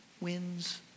wins